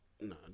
No